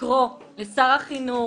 לקרוא לשר החינוך